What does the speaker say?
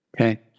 Okay